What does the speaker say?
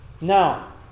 Now